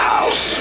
House